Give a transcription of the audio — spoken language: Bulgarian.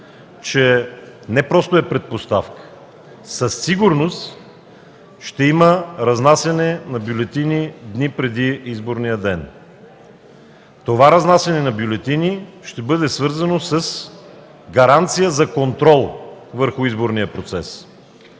че не просто е предпоставка – със сигурност ще има разнасяне на бюлетини дни преди изборния ден. Това разнасяне на бюлетини ще бъде свързано с гаранция за контрол върху изборния процес.